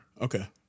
Okay